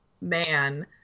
man